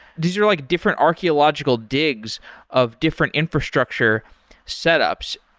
these are like different archeological digs of different infrastructure setups.